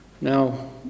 Now